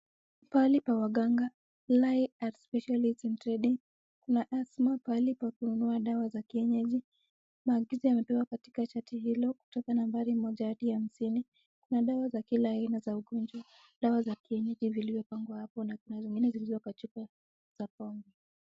Pahali pa waganga Lie at specialist in trading kuna Asthma , pahali pa kununua dawa za kienyeji , maagizo yamepewa katika chati hilo kutoka nambari moja hadi hamsini . Kuna dawa za kila aina za wagonjwa , dawa za kienyeji zilizopangwa hapo na kuna zingine zilizo kwa chupa za pombe .